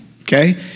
okay